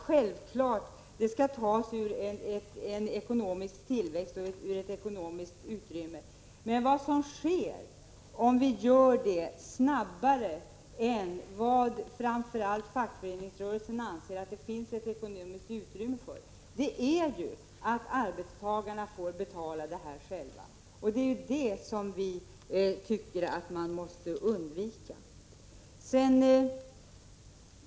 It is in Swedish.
Självfallet skall arbetstidsförkortningen tas ur en ekonomisk tillväxt, men vad som sker om vi gör det snabbare än vad framför allt fackföreningsrörelsen anser att det finns ekonomiskt utrymme för är ju att arbetstagarna får betala den själva. Det är detta som vi tycker att man måste undvika.